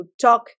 talk